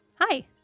Hi